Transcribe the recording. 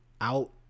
out